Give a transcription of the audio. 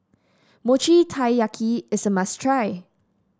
Mochi Taiyaki is a must try